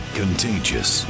contagious